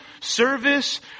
service